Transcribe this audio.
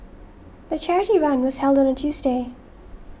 the charity run was held on a Tuesday